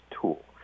tool